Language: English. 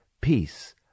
peace